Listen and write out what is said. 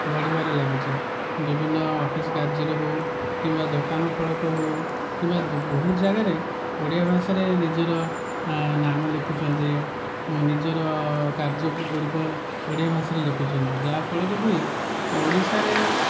ବଢ଼ିବାରେ ଲାଗିଛି ବିଭିନ୍ନ ଅଫିସ କାର୍ଯ୍ୟରେ ହେଉ କିମ୍ବା ଦୋକାନ ଫଳକ ହେଉ କିମ୍ବା ବହୁତ ଜାଗାରେ ଓଡ଼ିଆ ଭାଷାରେ ନିଜର ନାମ ଲେଖୁଛନ୍ତି ନିଜର କାର୍ଯ୍ୟ ଗୁଡ଼ିକ ଓଡ଼ିଆ ଭାଷାରେ ଲେଖୁଛନ୍ତି ଯାହା ଫଳରେକି ଓଡ଼ିଶାରେ